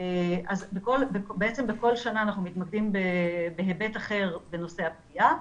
אז בעצם בכל שנה אנחנו מתמקדים בהיבט אחר בנושא הפגיעה,